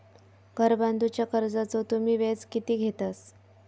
घर बांधूच्या कर्जाचो तुम्ही व्याज किती घेतास?